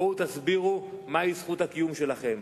בואו תסבירו מהי זכות הקיום שלכם.